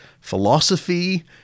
philosophy